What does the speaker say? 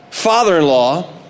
father-in-law